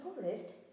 forest